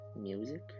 music